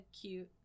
cute